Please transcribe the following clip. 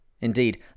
Indeed